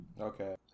Okay